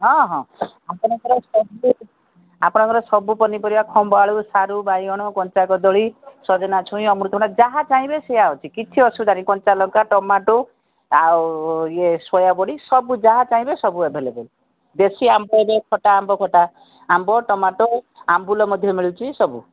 ହଁ ହଁ ଆପଣଙ୍କର ସବୁ ଆପଣଙ୍କର ସବୁ ପନିପରିବା ଖମ୍ବାଆଳୁ ସାରୁ ବାଇଗଣ କଞ୍ଚା କଦଳୀ ସଜନା ଛୁଇଁ ଅମୃତଭଣ୍ଡା ଯାହା ଚାହିଁବେ ସେୟା ଅଛି କିଛି ଅସୁବିଧା ନାହିଁ କଞ୍ଚାଲଙ୍କା ଟମାଟୋ ଆଉ ଇଏ ସୋୟାବଡ଼ି ସବୁ ଯାହା ଚାହିଁବେ ସବୁ ଆଭେଲେବୁଲ୍ ଦେଶୀ ଆମ୍ବ ଯେଉଁ ଖଟା ଆମ୍ବ ଖଟା ଆମ୍ବ ଟମାଟୋ ଆମ୍ବୁଲ ମଧ୍ୟ ମିଳୁଛି ସବୁ